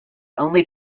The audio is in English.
only